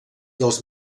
dels